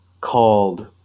called